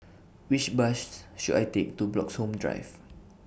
Which buses should I Take to Bloxhome Drive